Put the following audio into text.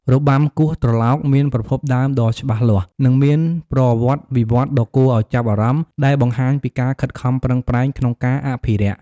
របាំគោះត្រឡោក មានប្រភពដើមដ៏ច្បាស់លាស់ និងមានប្រវត្តិវិវត្តន៍ដ៏គួរឱ្យចាប់អារម្មណ៍ ដែលបង្ហាញពីការខិតខំប្រឹងប្រែងក្នុងការអភិរក្ស។